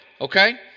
Okay